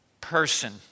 person